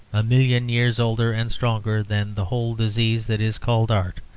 a million years older and stronger than the whole disease that is called art.